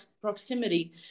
proximity